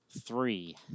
Three